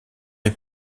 est